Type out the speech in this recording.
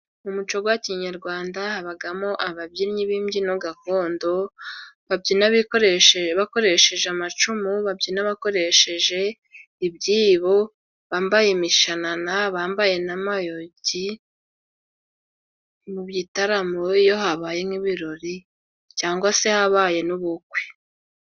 Mu muco wa kinyarwanda habamo ababyinnyi b'imbyino gakondo, babyina bakoresheje amacumu, babyina bakoresheje ibyibo, bambaye imishanana, bambaye n'amayogi mu bitaramo, iyo habaye nk'ibirori cyangwa se habaye n'ubukwe.